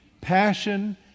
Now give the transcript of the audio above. passion